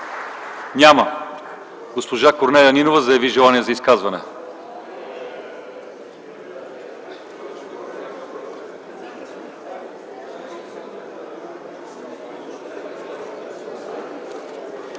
Няма. Госпожа Корнелия Нинова заяви желание за изказване.